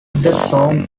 song